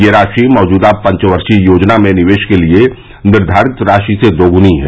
यह राशि मौजूदा पंचवर्षीय योजना में निवेश के लिए निर्घारित राशी से दोगुनी है